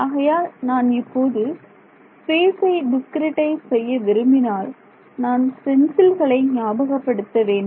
ஆகையால் நான் இப்போது ஸ்பேஸை டிஸ்கிரிட்டைஸ் செய்ய விரும்பினால் நான் ஸ்டென்சில்களை ஞாபகப்படுத்த வேண்டும்